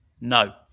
No